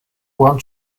one